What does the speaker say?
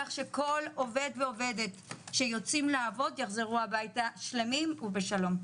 כך שכל עובד ועובדת שיוצאים לעבוד יחזרו הביתה שלמים ובשלום.